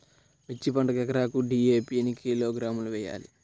మిర్చి పంటకు ఎకరాకు డీ.ఏ.పీ ఎన్ని కిలోగ్రాములు వేయాలి?